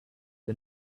the